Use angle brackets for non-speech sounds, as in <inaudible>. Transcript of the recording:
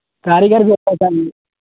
کاریگر بھی <unintelligible>